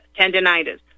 tendinitis